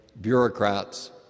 bureaucrats